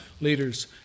leaders